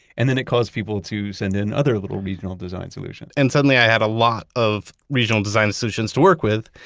and then it caused people to send in other little regional design solutions and suddenly, i had a lot of regional design solutions to work with.